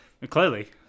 Clearly